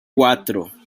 cuatro